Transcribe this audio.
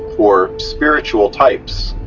or, spiritual types.